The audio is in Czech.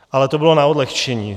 Ale to bylo na odlehčení.